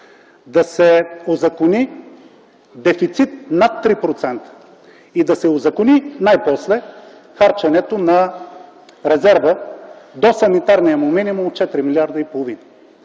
да се узакони дефицит над 3%. И да се узакони, най-после, харченето на резерва до санитарния му минимум от 4,5 милиарда.